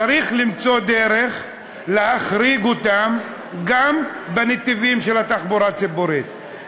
צריך למצוא דרך להחריג אותם גם בנתיבים של התחבורה הציבורית,